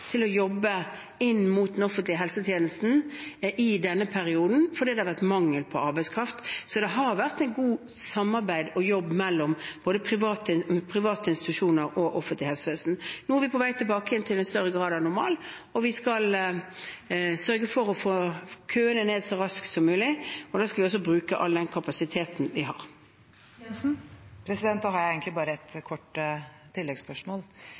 vært mangel på arbeidskraft. Det har vært et godt samarbeid mellom private institusjoner og det offentlige helsevesenet. Nå er vi på vei tilbake til en større grad av normalitet, og vi skal sørge for å få køene ned så raskt som mulig, og da skal vi også bruke all den kapasiteten vi har. Siv Jensen – til oppfølgingsspørsmål. Da har jeg egentlig bare et kort tilleggsspørsmål: